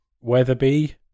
Weatherby